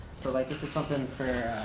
so like this is something for.